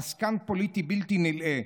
עסקן פוליטי בלתי נלאה,